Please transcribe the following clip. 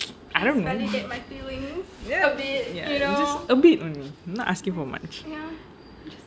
I don't know ya it's just a bit only not asking for much